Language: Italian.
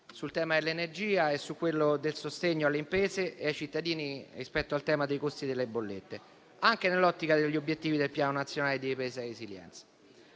sul tema dell'energia e su quello del sostegno alle imprese e ai cittadini rispetto al tema dei costi delle bollette, anche nell'ottica degli obiettivi del Piano nazionale di ripresa e resilienza.